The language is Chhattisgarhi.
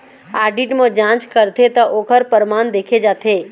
आडिट म जांच करथे त ओखर परमान देखे जाथे